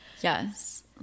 Yes